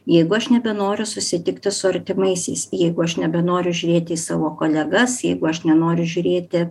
jeigu aš nebenoriu susitikti su artimaisiais jeigu aš nebenoriu žiūrėti į savo kolegas jeigu aš nenoriu žiūrėti